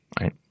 Right